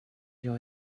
jag